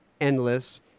endless